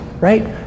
right